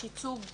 יש ייצוג יהודי,